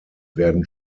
werden